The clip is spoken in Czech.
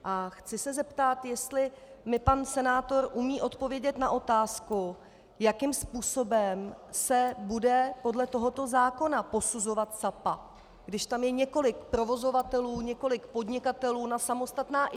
A chci se zeptat, jestli mi pan senátor umí odpovědět na otázku, jakým způsobem se bude podle tohoto zákona posuzovat Sapa, když tam je několik provozovatelů, několik podnikatelů na samostatná IČ.